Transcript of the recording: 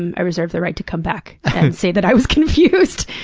i reserve the right to come back and say that i was confused.